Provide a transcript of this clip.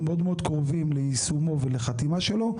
מאוד מאוד קרובים ליישומו ולחתימה שלו,